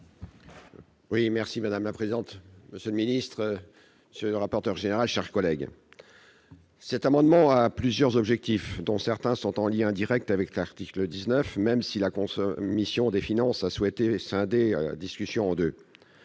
Gremillet. Madame la présidente, monsieur le secrétaire d'État, mes chers collègues, cet amendement a plusieurs objectifs, dont certains sont en lien direct avec l'article 19, même si la commission des finances a souhaité scinder la discussion en deux.